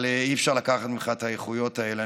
אבל אי-אפשר לקחת ממך את האיכויות האלה.